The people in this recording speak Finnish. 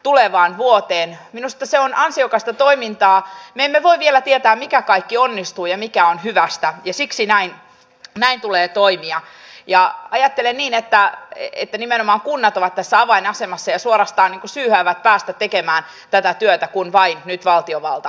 muistuttaisin myös siitä että esimerkiksi länsi uusimaa hyvin pitkälti nyt sitten maksaa sitä hintaa mikä liittyy tähän teollisuuden rakennemuutokseen ja siihen että ai ette nimenomaan kunnat ovat tässä avainasemassa ja suorastaan syyhyävät päästä tekemään myös työllisyyttä siltä alueelta on hävinnyt